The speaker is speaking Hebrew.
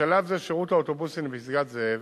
בשלב זה שירות האוטובוסים לפסגת-זאב